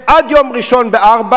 ב-10:00 עד יום ראשון ב-16:00,